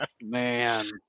Man